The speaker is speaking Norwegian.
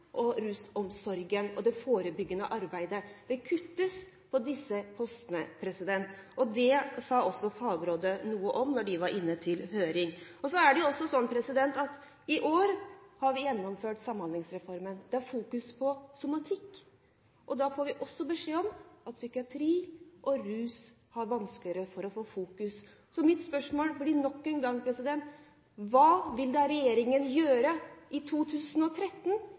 rusomsorgen og det forebyggende arbeidet. Det kuttes på disse postene. Det sa også Fagrådet noe om da de var inne til høring. I år har vi gjennomført Samhandlingsreformen – det har fokus på somatikk. Da får vi beskjed om at psykiatri og rus har vanskeligere for å komme i fokus. Så mitt spørsmål blir nok en gang: Hva vil regjeringen gjøre i 2013